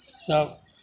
तब